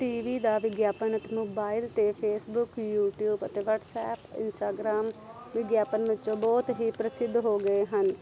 T V ਦਾ ਵਿਗਿਆਪਨ mobile ਅਤੇ ਫੇਸਬੁੱਕ ਯੂਟੀਊਬ ਅਤੇ ਵਟਸਐੱਪ ਇੰਸਟਾਗਰਾਮ ਵਿਗਿਆਪਨ ਵਿੱਚੋਂ ਬਹੁਤ ਹੀ ਪ੍ਰਸਿੱਧ ਹੋ ਗਏ ਹਨ